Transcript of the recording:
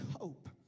hope